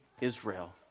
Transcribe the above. Israel